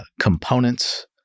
components